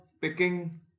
picking